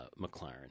McLaren